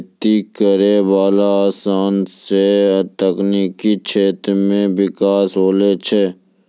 खेती करै वाला समान से तकनीकी क्षेत्र मे बिकास होलो छै